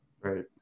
right